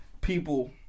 people